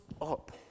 up